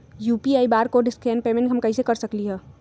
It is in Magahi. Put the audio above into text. यू.पी.आई बारकोड स्कैन पेमेंट हम कईसे कर सकली ह?